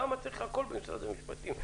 למה צריך הכול במשרד המשפטים?